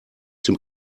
dem